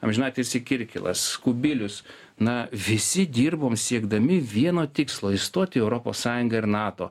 amžinatilsį kirkilas kubilius na visi dirbom siekdami vieno tikslo įstoti į europos sąjungą ir nato